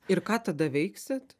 ir ką tada veiksit